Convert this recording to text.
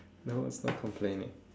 no it's not complaining